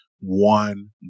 one